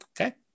Okay